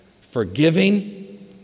forgiving